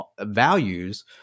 values